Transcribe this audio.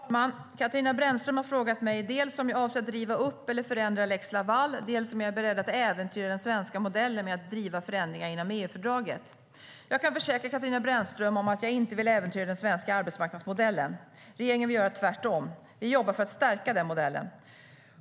Herr talman! Katarina Brännström har frågat mig dels om jag avser att riva upp eller förändra lex Laval, dels om jag är beredd att äventyra den svenska modellen med att driva förändringar inom EU-fördraget.Regeringen vill göra tvärtom. Vi jobbar för att stärka modellen.